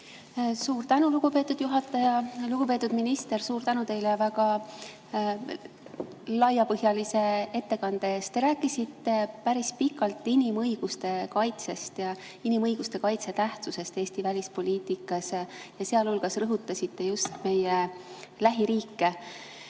Suur tänu, lugupeetud juhataja! Lugupeetud minister, suur tänu teile väga laiapõhjalise ettekande eest! Te rääkisite päris pikalt inimõiguste kaitsest ja inimõiguste kaitse tähtsusest Eesti välispoliitikas ja sealhulgas rõhutasite just meie lähiriike.